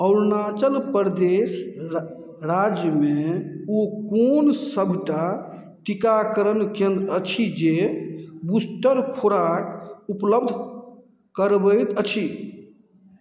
अरुणाचल प्रदेश रा राज्यमे ओ कोन सबटा टीकाकरण केन्द्र अछि जे बूस्टर खुराक उपलब्ध करबैत अछि